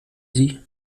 sie